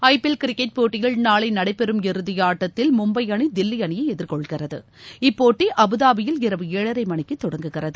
IPL cricket போட்டியில் நாளை நடைபெறும் இறுதி ஆட்டத்தில் மும்பை அனி தில்லி அணியை இப்போட்டி அபுதாபியில் இரவு ஏழரை மணிக்கு தொடங்குகிறது